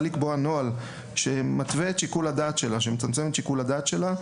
לקבוע נוהל שמתווה ומצמצם את שיקול הדעת שלה,